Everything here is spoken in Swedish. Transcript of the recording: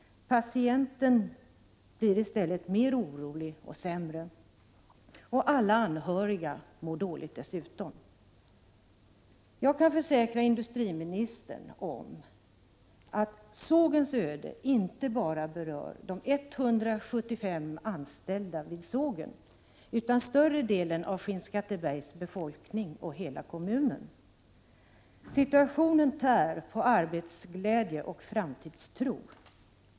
Patienten blir i stället mer orolig och sämre, och alla anhöriga mår dåligt dessutom. Jag kan försäkra industriministern att sågens öde inte bara berör de 175 anställda vid sågen utan större delen av Skinnskattebergs befolkning och hela kommunen. Situationen tär på arbetsglädje och framtidstro.